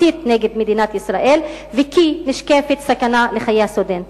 מסית נגד מדינת ישראל וכי נשקפת סכנה לחיי הסטודנטים.